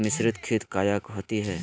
मिसरीत खित काया होती है?